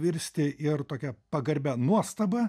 virsti ir tokia pagarbia nuostaba